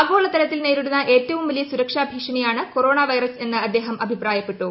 ആഗോളതലത്തിൽ നേരിടുന്ന ഏറ്റവും വലിയ സുരക്ഷ ഭീഷണിയാണ് കൊറോണ വൈറസ് എന്ന് അദ്ദേഹം അഭിപ്രായപ്പെട്ടു